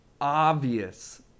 Obvious